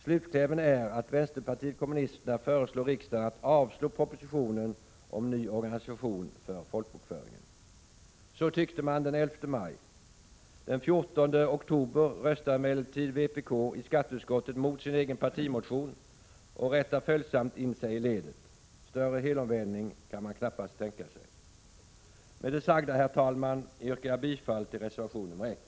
Slutklämmen är att vänsterpartiet kommunisterna föreslår riksdagen att avslå propositionen om ny organisation för folkbokföringen. Så tyckte man den 11 maj. Den 14 oktober röstar emellertid vpk i skatteutskottet mot sin egen partimotion och rättar följsamt in sig i ledet. Större helomvändning kan man knappast tänka sig. Med det sagda, herr talman, yrkar jag bifall till reservation nr 1.